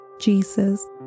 Jesus